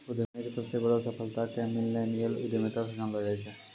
उद्यमीके सबसे बड़ो सफलता के मिल्लेनियल उद्यमिता से जानलो जाय छै